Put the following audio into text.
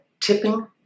tipping